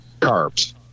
carbs